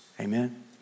amen